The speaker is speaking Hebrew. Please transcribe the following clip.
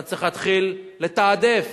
אתה צריך להתחיל לתעדף.